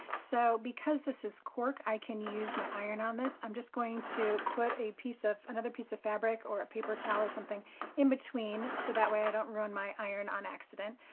so because this is cork, i can use my iron on this. i'm just going to put a piece of another piece of fabric or a paper towel or something in between. so that way i don't ruin my iron on accident.